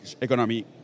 economy